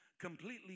completely